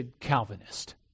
Calvinist